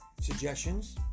suggestions